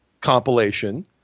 compilation